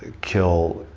ah kill.